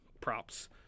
props